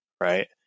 right